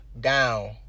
down